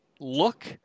look